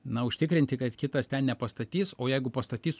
na užtikrinti kad kitas ten nepastatys o jeigu pastatys